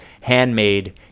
Handmade